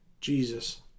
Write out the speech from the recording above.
Jesus